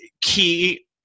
Key